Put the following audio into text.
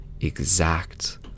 exact